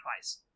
twice